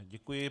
Děkuji.